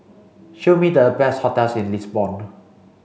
show me the best hotels in Lisbon